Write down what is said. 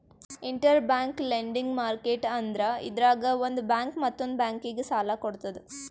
interbank lending market ಅಂದ್ರ ಇದ್ರಾಗ್ ಒಂದ್ ಬ್ಯಾಂಕ್ ಮತ್ತೊಂದ್ ಬ್ಯಾಂಕಿಗ್ ಸಾಲ ಕೊಡ್ತದ್